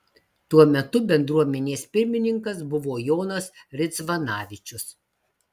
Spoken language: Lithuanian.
tuo metu bendruomenės pirmininkas buvo jonas ridzvanavičius